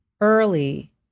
early